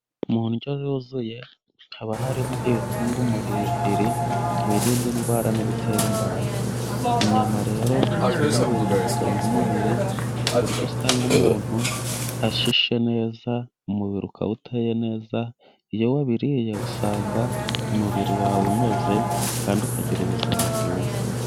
Mu ndyo yuzuye haba harimo ibitunga umubiri, ibirinda indwara n'ibitera imbaraga, inyama rero ni kimwe mu bintu bitunga umubiri, ku buryo usanga umuntu ashishe neza umubiri ukaba uteye neza, iyo wabiriye usanga umubiri wawe unoze kandi ukagira ubuzima bwiza.